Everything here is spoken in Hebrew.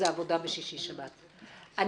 זו עבודה בשישי שבת ובלילות.